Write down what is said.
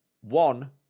One